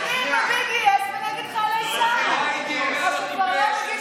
ה-BDS לקחו אותו והפיצו